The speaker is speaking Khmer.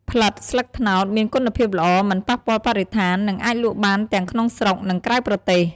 ផ្លិតស្លឹកត្នោតមានគុណភាពល្អ មិនប៉ះពាល់បរិស្ថាន និងអាចលក់បានទាំងក្នុងស្រុក និងក្រៅប្រទេស។